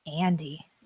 Andy